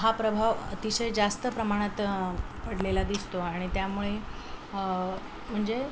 हा प्रभाव अतिशय जास्त प्रमाणात पडलेला दिसतो आणि त्यामुळे म्हणजे